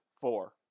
four